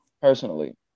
personally